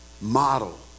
model